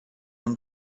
him